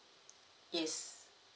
yes